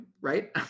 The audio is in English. right